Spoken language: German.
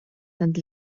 sind